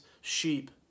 sheep